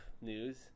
news